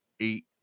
eight